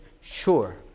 sure